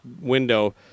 window